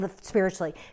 Spiritually